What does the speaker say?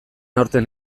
aurten